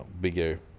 bigger